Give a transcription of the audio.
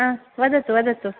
आ वदतु वदतु